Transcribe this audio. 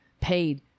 paid